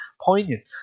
poignant